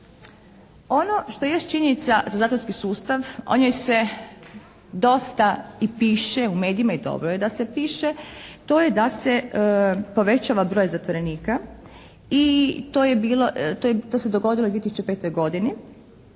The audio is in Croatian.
Ono što jest činjenica za zatvorski sustav o njoj se dosta i piše u medijima i dobro je da se piše, to je da se povećava broj zatvorenika i to se dogodilo u 2005. godini